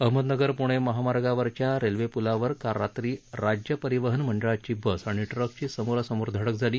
अहमदनगर पृणे मार्गावरच्या रेल्वे प्लावर काल रात्री राज्य परिवहन मंडळाची बस आणि ट्रकची समोरासमोर धडक झाली